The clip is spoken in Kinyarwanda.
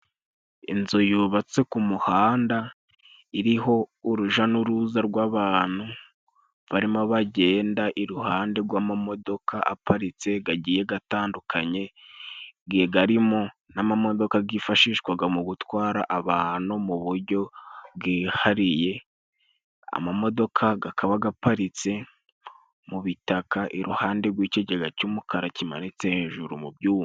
Inzu yubatse ku muhanda iriho uruja n'uruza rw'abantu, barimo bagenda iruhande gw'amamodoka aparitse gagiye gatandukanye, gegarimo n'amamodoka gifashishwaga mu gutwara abantu mu bujyo bwihariye. Amamodoka gakaba gaparitse mu bitaka iruhande gw'ikigega cy'umukara, kimanitse hejuru mu byuma.